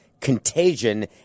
contagion